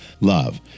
Love